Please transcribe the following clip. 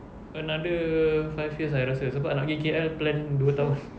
another five years I rasa sebab nak kira-kira plan dua tahun